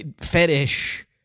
fetish